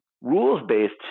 rules-based